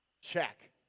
check